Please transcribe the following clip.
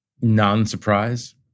Non-surprise